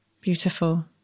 beautiful